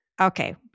Okay